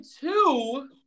two